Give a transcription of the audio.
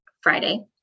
Friday